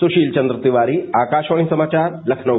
सुशील चंद्र तिवारी आकाशवाणी समाचार लखनऊ